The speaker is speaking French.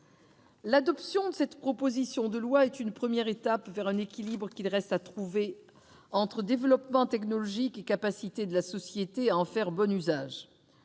L'adoption de cette proposition de loi sera une première étape vers un équilibre qu'il reste à trouver entre développement technologique et capacité de la société à en faire bon usage.